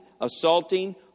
assaulting